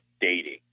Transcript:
dating